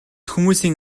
хүмүүсийн